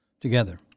Together